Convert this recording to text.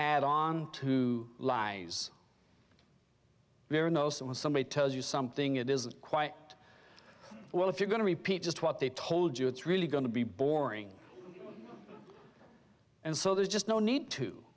add on to who lives there know someone somebody tells you something it isn't quite well if you're going to repeat just what they told you it's really going to be boring and so there's just no need to